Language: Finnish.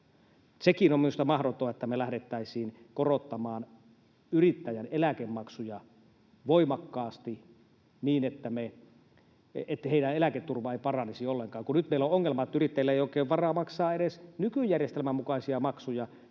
Sekin on minusta mahdoton, että me lähdettäisiin korottamaan yrittäjän eläkemaksuja voimakkaasti, niin että heidän eläketurvansa ei paranisi ollenkaan. Nyt meillä on ongelma, että yrittäjillä ei oikein ole varaa maksaa edes nykyjärjestelmän mukaisia maksuja,